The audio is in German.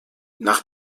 nach